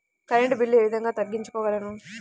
Current bill ఏ విధంగా తగ్గించుకోగలము?